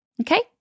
okay